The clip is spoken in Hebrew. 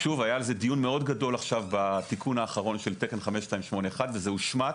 היה על זה דיון מאוד גדול בתיקון האחרון של תקן 5281 וזה הושמט,